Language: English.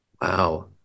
Wow